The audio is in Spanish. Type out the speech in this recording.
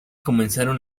comenzaron